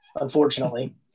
unfortunately